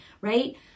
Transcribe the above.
right